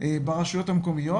ברשויות המקומיות,